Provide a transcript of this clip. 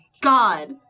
God